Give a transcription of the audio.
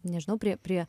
nežinau prie prie